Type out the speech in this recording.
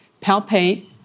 palpate